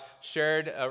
shared